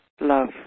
love